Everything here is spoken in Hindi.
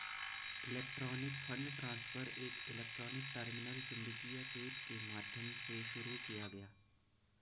इलेक्ट्रॉनिक फंड ट्रांसफर एक इलेक्ट्रॉनिक टर्मिनल चुंबकीय टेप के माध्यम से शुरू किया गया